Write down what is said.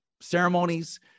ceremonies